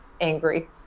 angry